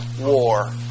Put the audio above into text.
War